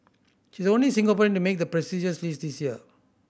she is the only Singaporean to make the prestigious list this year